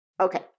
Okay